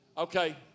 Okay